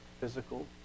physical